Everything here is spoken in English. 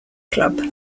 club